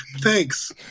Thanks